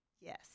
Yes